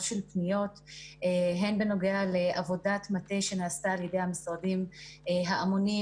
של פניות הן בנוגע לעבודת מטה שנעשתה על ידי המשרדים האמונים,